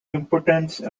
importance